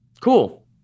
Cool